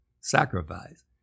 sacrifice